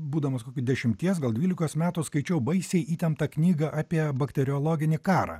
būdamas kokių dešimties gal dvylikos metų skaičiau baisiai įtemptą knygą apie bakteriologinį karą